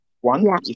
one